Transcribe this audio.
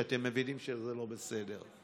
כי אתם מבינים שזה לא בסדר,